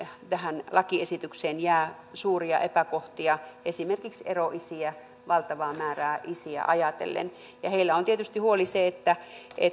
tähän lakiesitykseen jää suuria epäkohtia esimerkiksi eroisiä valtavaa määrää isiä ajatellen heillä on tietysti huoli se niin